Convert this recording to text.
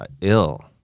ill